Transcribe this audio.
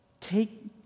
Take